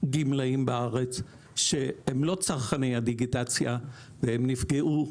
גמלאים בארץ שהם לא צרכני הדיגיטציה והם נפגעו,